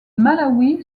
malawi